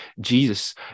Jesus